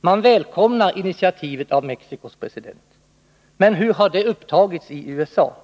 Man välkomnar initiativet av Mexicos president. Men hur har det upptagits i USA?